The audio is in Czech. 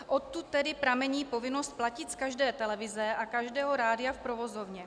Odtud tedy pramení povinnost platit z každé televize a každého rádia v provozovně.